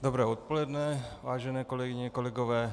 Dobré odpoledne, vážené kolegyně, kolegové.